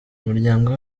imiryango